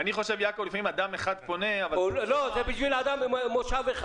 זה בשביל אדם במושב אחד.